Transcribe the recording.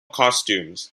costumes